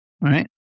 right